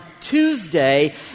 Tuesday